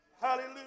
Hallelujah